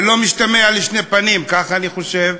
וזה לא משתמע לשתי פנים, כך אני חושב,